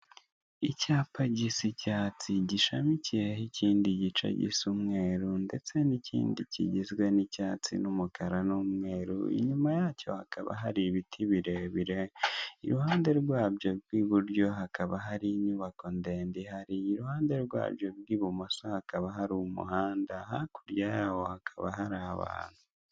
Icyapa gisa icyatsi gishamikiyeho ikindi gice gisa umweru ndetse n'ikindi kigizwe n'icyatsi n'umukara n'umweru inyuma yacyo hakaba hari ibiti birerbire iruhande rwabyo rw'iburyo hakaba hari inyubako ndende ihari iruhande ryabyo rw'ibumoso hakaba hari umuhanda hakurya yaho hakaba hari abantu.